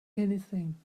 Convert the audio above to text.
anything